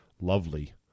lovely